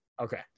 Okay